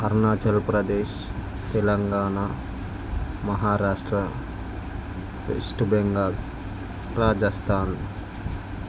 Arunachal Pradesh Telangana Maharashtra West Bengal Rajasthan